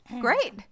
great